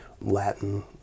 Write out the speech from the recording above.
Latin